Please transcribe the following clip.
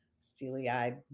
steely-eyed